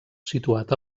situat